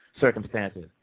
circumstances